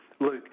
Luke